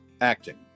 Acting